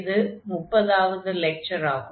இது 30 வது லெக்சர் ஆகும்